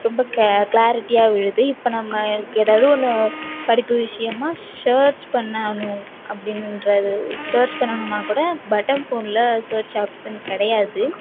ரொம்ப க்ளாரிட்டியாக விழுது இப்போ நம்ம எதாவது ஒன்று படிப்பு விஷயமா சர்ச் பண்ணணும் அப்படின்றது சர்ச் பண்ணணும்னா கூட பட்டன் ஃபோனில் சர்ச் ஆப்ஷன் கிடையாது